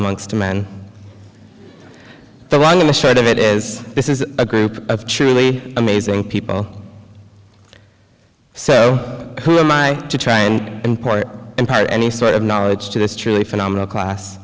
amongst men the one in the short of it is this is a group of truly amazing people so who am i to try and point impart any sort of knowledge to this truly phenomenal class